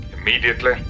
immediately